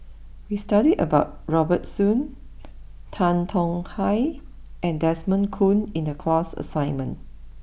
we studied about Robert Soon Tan Tong Hye and Desmond Kon in the class assignment